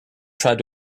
tried